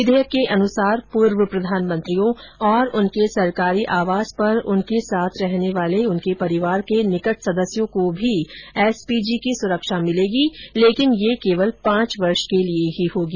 विधेयक के अनुसार पूर्व प्रधानमंत्रियों और उनके सरकारी आवास पर उनके साथ रहर्ने वाले उनके परिवार के निकट सदस्यों को भी एसपीजी की सुरक्षा मिलेगी लेकिन यह केवल पांच वर्ष के लिए ही होगी